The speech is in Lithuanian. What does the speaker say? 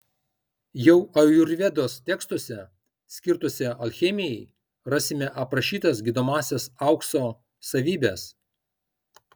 jau ajurvedos tekstuose skirtuose alchemijai rasime aprašytas gydomąsias aukso savybes